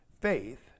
faith